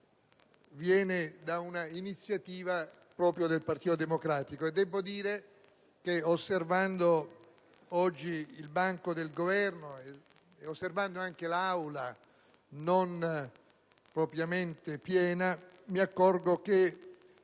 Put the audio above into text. viene da un'iniziativa proprio del Partito Democratico e debbo dire che osservando oggi il banco del Governo e osservando anche l'Aula, non propriamente piena, mi accorgo come